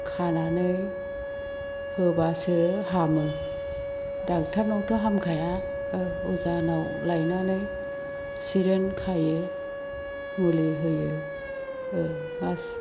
खानानै होब्लासो हामो ड'क्टरनावथ' हामखाया अजानाव लायनानै सेरेन खायो मुलि होयो मास